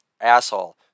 asshole